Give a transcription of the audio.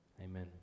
Amen